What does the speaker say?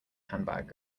handbag